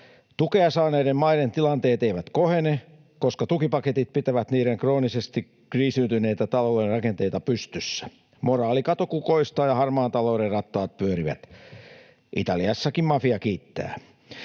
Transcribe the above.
Tukea saaneiden maiden tilanteet eivät kohene, koska tukipaketit pitävät niiden kroonisesti kriisiytyneitä talouden rakenteita pystyssä. Moraalikato kukoistaa, ja harmaan talouden rattaat pyörivät. Italiassakin mafia kiittää.